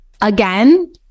again